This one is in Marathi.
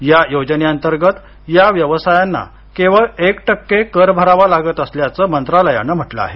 या योजनेंतर्गत या व्यवसायांना केवळ एक टक्के कर भरावा लागत असल्याचं मंत्रालयानं म्हटलं आहे